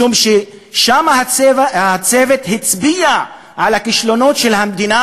משום שהצוות הצביע שם על הכישלונות של המדינה